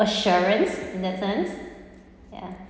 assurance in that sense ya